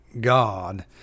god